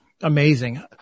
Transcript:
amazing